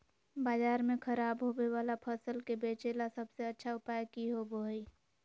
बाजार में खराब होबे वाला फसल के बेचे ला सबसे अच्छा उपाय की होबो हइ?